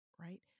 right